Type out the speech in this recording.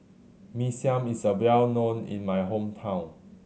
Mee Siam is a well known in my hometown